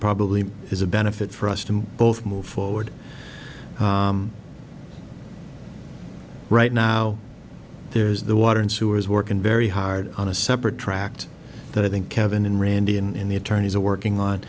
probably is a benefit for us to both move forward right now there's the water and sewer is working very hard on a separate tract that i think kevin and randy and in the attorneys are working on